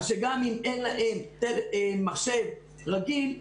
גם אם אין להם מחשב רגיל,